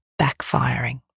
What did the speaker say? backfiring